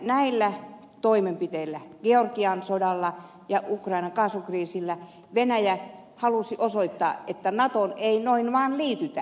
näillä toimenpiteillä georgian sodalla ja ukrainan kaasukriisillä venäjä halusi osoittaa että natoon ei noin vaan liitytä